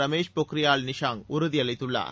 ரமேஷ் பொக்ரியால் நிஷாங்க் உறுதி அளித்துள்ளார்